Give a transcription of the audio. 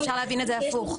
איך אפשר להבין את זה הפוך?